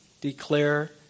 declare